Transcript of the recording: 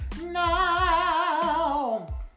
now